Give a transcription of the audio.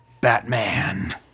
Batman